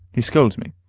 he scolds me,